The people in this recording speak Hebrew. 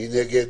מי נגד?